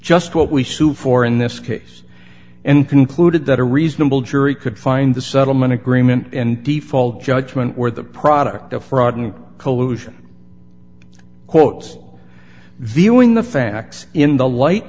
just what we sue for in this case and concluded that a reasonable jury could find the settlement agreement and default judgment were the product of fraud and collusion quotes viewing the facts in the light